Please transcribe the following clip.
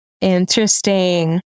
Interesting